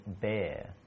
bear